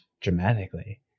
dramatically